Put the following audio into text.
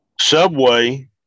Subway